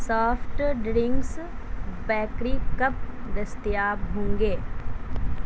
soft drinks bakery کب دستیاب ہوں گے